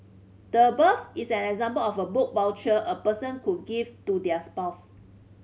the above is an example of a book voucher a person could give to their spouse